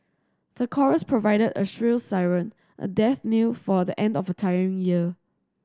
the chorus provided a shrill siren a death knell for the end of a tiring year